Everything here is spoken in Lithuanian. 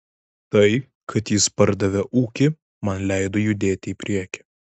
tai kad jis pardavė ūkį man leido judėti į priekį